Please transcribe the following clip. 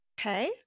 Okay